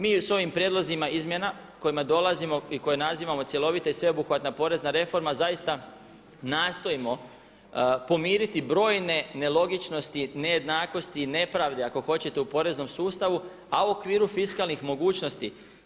Mi s ovim prijedlozima izmjena s kojima dolazimo i koje nazivamo cjelovita i sveobuhvatna porezna reforma zaista nastojimo pomiriti brojne nelogičnosti, nejednakosti i nepravde ako hoćete u poreznom sustavu, a u okviru fiskalnih mogućnosti.